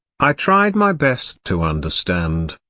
i tried my best to understand,